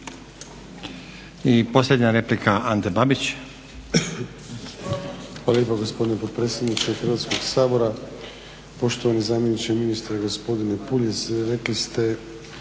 I posljednja replika, Ante Babić. **Babić, Ante (HDZ)** Hvala lijepa gospodine potpredsjedniče Hrvatskog sabora. Poštovani zamjeniče ministra gospodine Puljiz rekli ste